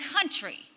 country